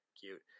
cute